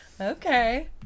Okay